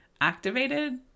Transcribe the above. activated